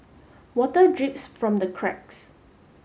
water drips from the cracks